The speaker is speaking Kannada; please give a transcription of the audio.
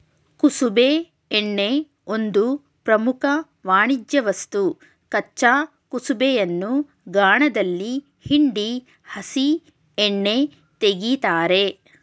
ಕುಸುಬೆ ಎಣ್ಣೆ ಒಂದು ಪ್ರಮುಖ ವಾಣಿಜ್ಯವಸ್ತು ಕಚ್ಚಾ ಕುಸುಬೆಯನ್ನು ಗಾಣದಲ್ಲಿ ಹಿಂಡಿ ಹಸಿ ಎಣ್ಣೆ ತೆಗಿತಾರೆ